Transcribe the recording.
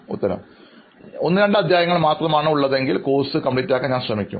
അഭിമുഖം സ്വീകരിക്കുന്നയാൾ ഒന്ന് രണ്ട് അധ്യായങ്ങൾ മാത്രമാണ് ഉള്ളത് എങ്കിൽ കോഴ്സ് പൂർത്തിയാക്കാൻ ഞാൻ ശ്രമിക്കും